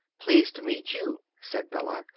pleased to meet you, said bella.